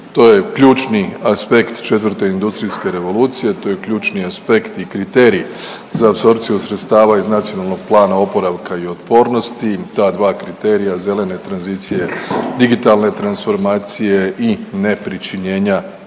to je ključni aspekt 4. industrijske revolucije, to je ključni aspekt i kriterij za apsorpciju sredstava iz Nacionalnog plana oporavka i otpornosti, ta dva kriterija zelene tranzicije digitalne transformacije i nepričinjenja